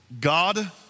God